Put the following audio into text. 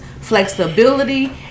flexibility